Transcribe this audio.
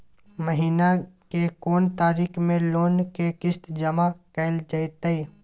महीना के कोन तारीख मे लोन के किस्त जमा कैल जेतै?